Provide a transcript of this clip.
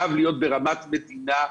חייב להיות ברמת מדינה,